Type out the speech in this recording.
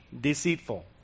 deceitful